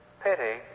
Pity